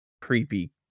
creepy